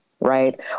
right